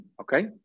okay